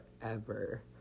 forever